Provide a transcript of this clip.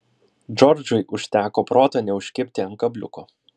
džordžui užteko proto neužkibti ant kabliuko